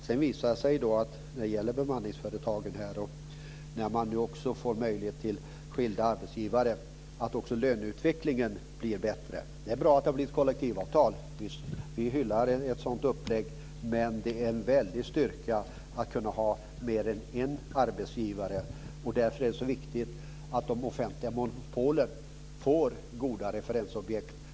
Det visade sig när det gäller bemanningsföretagen, där man nu får möjlighet till skilda arbetsgivare, att också löneutvecklingen blir bättre. Det är bra att det har blivit ett kollektivavtal. Vi hyllar ett sådant upplägg, men det är en väldig styrka att kunna ha mer än en arbetsgivare. Därför är det så viktigt att de offentliga monopolen får goda referensobjekt.